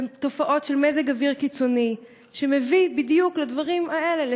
תופעות של מזג אוויר קיצוני שמביא בדיוק לדברים האלה,